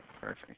perfect